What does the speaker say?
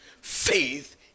Faith